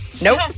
nope